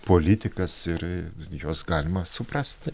politikas ir juos galima suprasti